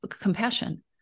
compassion